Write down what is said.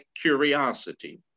curiosity